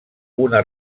una